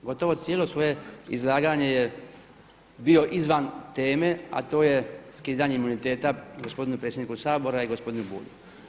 Gotovo cijelo svoje izlaganje je bio izvan teme, a to je skidanje imuniteta gospodinu predsjedniku Sabora i gospodinu Bulju.